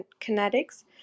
kinetics